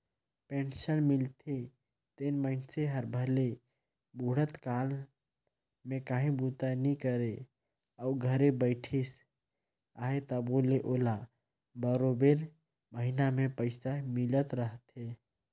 pension मिलथे तेन मइनसे हर भले बुढ़त काल में काहीं बूता नी करे अउ घरे बइठिस अहे तबो ले ओला बरोबेर महिना में पइसा मिलत रहथे